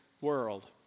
world